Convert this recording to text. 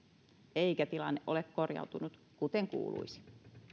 eikä tilanne ole korjautunut kuten kuuluisi